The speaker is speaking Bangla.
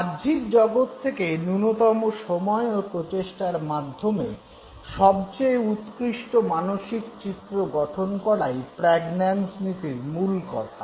বাহ্যিক জগৎ থেকে ন্যূনতম সময় ও প্রচেষ্টার মাধ্যমে সবচেয়ে উৎকৃষ্ট মানসিক চিত্র গঠন করাই প্র্যাগন্যানজ নীতির মূলকথা